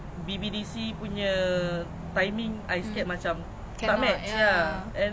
they kinda plan for the month so is like by two weeks